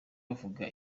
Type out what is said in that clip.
bavuga